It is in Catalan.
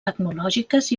tecnològiques